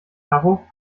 tacho